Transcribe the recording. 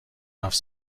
هفت